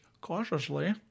cautiously